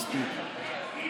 מספיק.